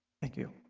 thank you